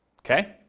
Okay